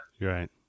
Right